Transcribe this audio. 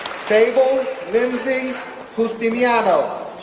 sable lindsay justiniano,